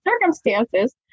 circumstances